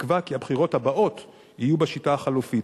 בתקווה כי הבחירות הבאות יהיו בשיטה החלופית.